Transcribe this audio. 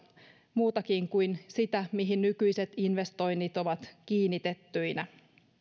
muutakin kuin sitä mihin nykyiset investoinnit ovat kiinnitettyinä